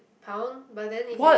pound but then if you